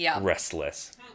restless